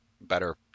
better